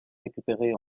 récupéré